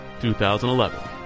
2011